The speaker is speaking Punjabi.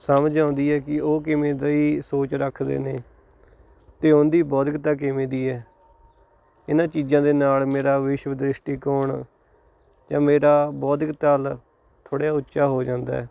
ਸਮਝ ਆਉਂਦੀ ਹੈ ਕਿ ਉਹ ਕਿਵੇਂ ਦੀ ਸੋਚ ਰੱਖਦੇ ਨੇ ਅਤੇ ਉਹਦੀ ਬੌਧਿਕਤਾ ਕਿਵੇਂ ਦੀ ਹੈ ਇਹਨਾਂ ਚੀਜ਼ਾਂ ਦੇ ਨਾਲ ਮੇਰਾ ਵਿਸ਼ਵ ਦ੍ਰਿਸ਼ਟੀਕੋਣ ਜਾਂ ਮੇਰਾ ਬੌਧਿਕ ਤਲ ਥੋੜ੍ਹਾ ਜਿਹਾ ਉੱਚਾ ਹੋ ਜਾਂਦਾ